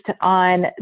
on